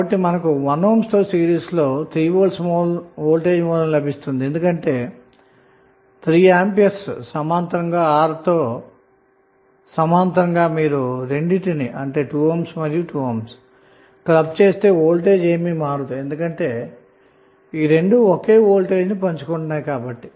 కాబట్టి మనకు 1 ohm తో సిరీస్లో 3V వోల్టేజ్ సోర్స్ లభించింది ఎందుకంటే 3A కి సమాంతరంగా గల 2 ohm రెసిస్టెన్స్ లు రెండూ క్లబ్ చేసినా వోల్టేజ్ లో ఎటువంటి మార్పు ఉండదు ఎందుకంటే ఈ రెండూ ఒకే వోల్టేజ్ను పంచుకుంటున్నాయి కాబట్టి